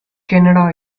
canada